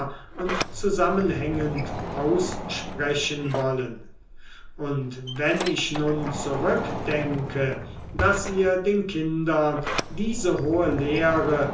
und zusammenhängend aussprechen wollen und wenn ich nun zurückdenke daß ihr den kindern diese hohe lehre